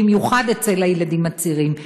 במיוחד אצל הילדים הצעירים.